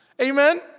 Amen